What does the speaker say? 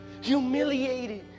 humiliated